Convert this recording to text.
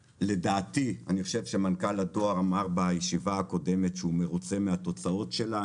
אני חושב שמנכ"ל הדואר אמר בישיבה הקודמת שהוא מרוצה מהתוצאות שלה.